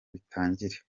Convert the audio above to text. bitangire